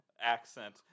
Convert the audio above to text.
accent